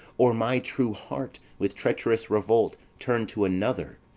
or my true heart with treacherous revolt turn to another,